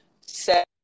set